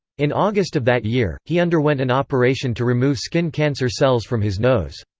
in august of that year, he underwent an operation to remove skin cancer cells from his nose.